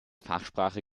fachsprache